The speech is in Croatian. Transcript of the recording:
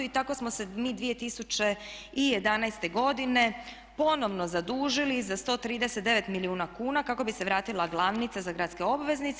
I tako smo se mi 2011. godine ponovno zadužili za 139 milijuna kuna kako bi se vratila glavnica za gradske obveznice.